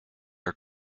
are